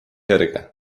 kerge